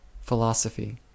philosophy